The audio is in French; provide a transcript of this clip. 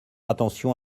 attention